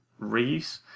reuse